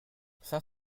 saint